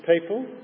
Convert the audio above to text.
people